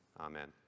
Amen